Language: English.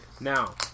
Now